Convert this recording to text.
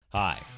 Hi